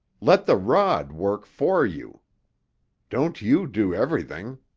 let the rod work for you don't you do everything.